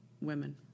women